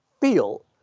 feel